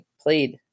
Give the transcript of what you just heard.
played